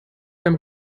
beim